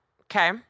okay